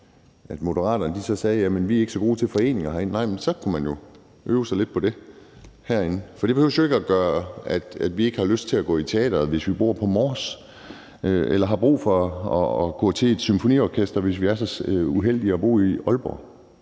at Moderaterne sagde: Jamen vi er ikke så gode til foreninger herinde. Nej, men så kunne man jo øve sig lidt på det herinde. For det behøves ikke at gøre, at vi ikke har lyst til at gå i teatret, hvis vi bor på Mors, eller har brug for at gå ind at høre et symfoniorkester, hvis vi er så uheldige at bo i Aalborg.